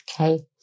Okay